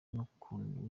n’ukuntu